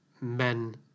men